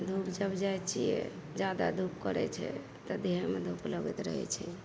दूर जब जाइ छियै जादा धूप करय छै तऽ देहमे धूप लगैत रहय छै